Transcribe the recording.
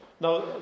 Now